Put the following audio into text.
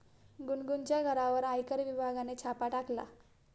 गुनगुनच्या घरावर आयकर विभागाने छापा टाकला